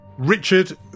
Richard